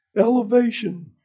elevation